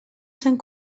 sant